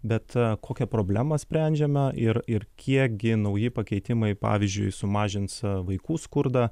bet kokią problemą sprendžiame ir ir kiek gi nauji pakeitimai pavyzdžiui sumažins vaikų skurdą